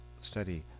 study